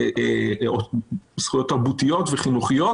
זכויות תרבותיות וחינוכיות